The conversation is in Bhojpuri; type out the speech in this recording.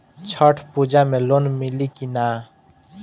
छठ पूजा मे लोन मिली की ना?